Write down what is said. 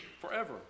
forever